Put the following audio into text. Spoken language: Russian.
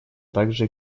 также